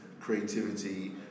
creativity